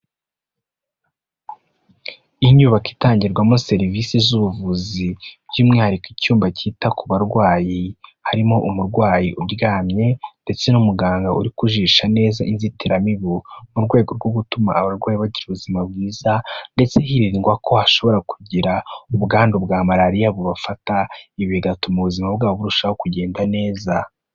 Inyubako itangirwamo serivisi z'ubuvuzi by'umwihariko icyumba cyita ku barwayi, harimo umurwayi uryamye ndetse n'umuganga uri kujisha neza inzitiramibu mu rwego rwo gutuma abarwayi bagira ubuzima bwiza, ndetse hirindwa ko hashobora kugira ubwandu bwa marariya bubafata, ibi bigatuma ubuzima bwabo burushaho kugenda neza.